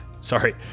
sorry